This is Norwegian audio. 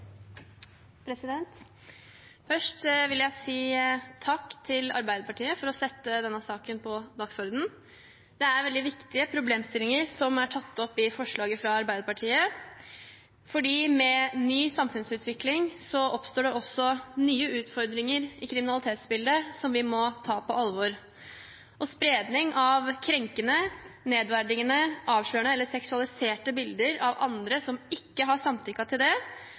Først vil jeg si takk til Arbeiderpartiet for å sette denne saken på dagsordenen. Det er veldig viktige problemstillinger som er tatt opp i forslaget fra Arbeiderpartiet, for med ny samfunnsutvikling oppstår det også nye utfordringer i kriminalitetsbildet som vi må ta på alvor. Spredning av krenkende, nedverdigende, avslørende eller seksualiserte bilder av noen som ikke har samtykket til det,